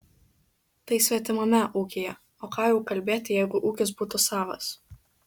tai svetimame ūkyje o ką jau kalbėti jeigu ūkis būtų savas